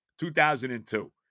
2002